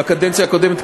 בקדנציה הקודמת,